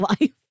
life